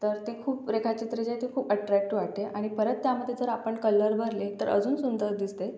तर ते खूप रेखाचित्र जे आहे ते खूप अट्रॅक्टीव्ह वाटते आणि परत त्यामध्ये जर आपण कलर भरले तर अजून सुंदर दिसते